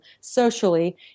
socially